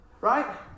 right